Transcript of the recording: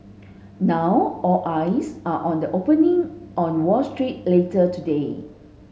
now all eyes are on the opening on Wall Street later today